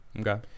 Okay